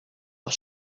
als